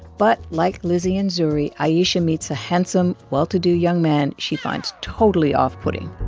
but like lizzy and zuri, ayesha meets a handsome, well-to-do young man she finds totally off-putting